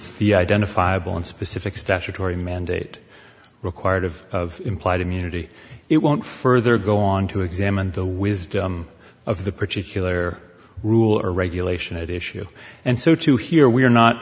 the identifiable and specific statutory mandate required of of implied immunity it won't further go on to examine the wisdom of the particular rule or regulation at issue and so to here we are not